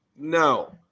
No